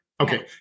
Okay